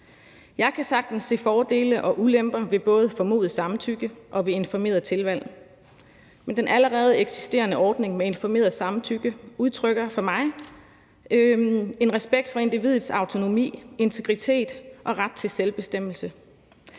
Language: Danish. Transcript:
Jeg kan sagtens se fordele og ulemper ved både formodet samtykke og ved informeret tilvalg, men den allerede eksisterende ordning med informeret samtykke udtrykker for mig en respekt for individets autonomi, integritet og ret til selvbestemmelse.